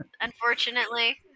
unfortunately